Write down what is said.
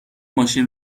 ماشین